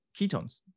ketones